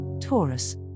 Taurus